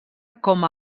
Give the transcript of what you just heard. com